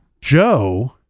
Joe